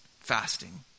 fasting